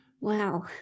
Wow